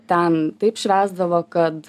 ten taip švęsdavo kad